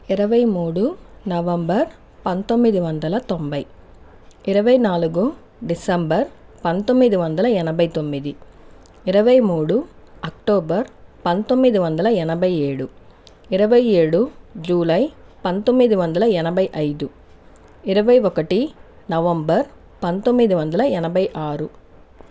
ఇరవై మూడు నవంబర్ పంతొమ్మిది వందల తొంభై ఇరవై నాలుగు డిసెంబర్ పంతొమ్మిది వందల ఎనభై తొమ్మిది ఇరవై మూడు అక్టోబర్ పంతొమ్మిది వందల ఎనభై ఏడు ఇరవై ఏడు జూలై నవంబర్ పంతొమ్మిది వందల ఎనభై ఆరు